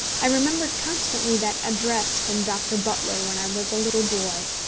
i remembered constantly that address from dr. butler when i was a little boy.